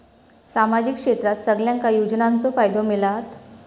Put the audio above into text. सामाजिक क्षेत्रात सगल्यांका योजनाचो फायदो मेलता?